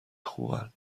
خوبن